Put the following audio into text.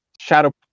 Shadow